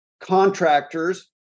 contractors